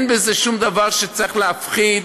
אין בזה שום דבר שצריך להפחיד,